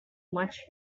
much